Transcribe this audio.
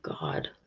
God